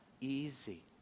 easy